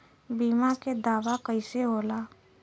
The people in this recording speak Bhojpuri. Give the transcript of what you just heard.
बीमा के दावा कईसे होला?